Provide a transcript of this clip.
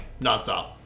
nonstop